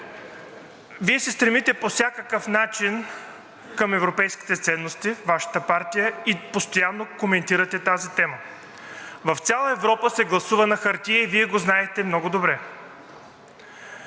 Вие се стремите по всякакъв начин към европейските ценности, Вашата партия, и постоянно коментирате тази тема. В цяла Европа се гласува на хартия и Вие го знаете много добре.